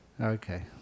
Okay